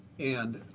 and